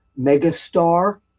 megastar